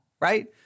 right